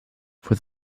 for